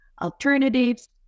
alternatives